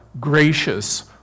gracious